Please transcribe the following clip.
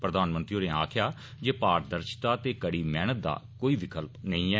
प्रधानमंत्री होरें आक्खेया जे पाश्दर्शिता ते कड़ी मेहनत दा कोई विकल्प नेई ऐ